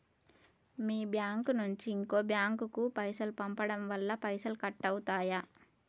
మీ bank నుంచి ఇంకో bank కు పైసలు పంపడం వల్ల పైసలు కట్ అవుతయా?